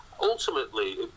Ultimately